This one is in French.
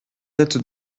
êtes